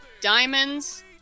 Diamonds